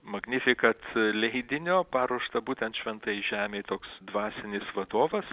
magnifikat leidinio paruošta būtent šventajai žemei toks dvasinis vadovas